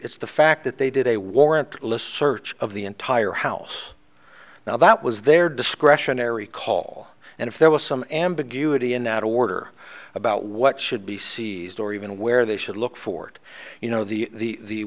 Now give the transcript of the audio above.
it's the fact that they did a warrant list search of the entire house now that was their discretionary call and if there was some ambiguity in that order about what should be seized or even where they should look forward you know the